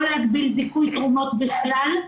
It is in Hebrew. לא להגביל זיכוי תרומות בכלל.